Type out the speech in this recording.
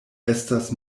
estas